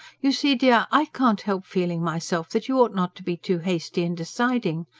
you see, dear, i can't help feeling myself that you ought not to be too hasty in deciding.